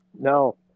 No